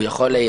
הוא יכול לייצר.